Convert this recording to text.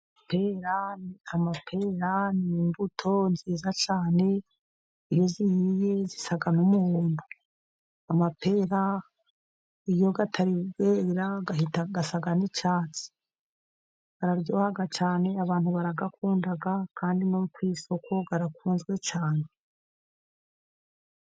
Amapera ni imbuto nziza cyane iyo zihiye zisa n'umuhodo. Amapera iyo atari yera asa n'icyatsi. araryoha cyane abantu barayakunda kandi no ku isoko akunzwe cyane.